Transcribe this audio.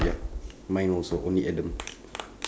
ya mine also only adam